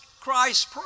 Christ